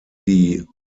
die